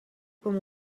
com